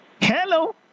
Hello